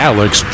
Alex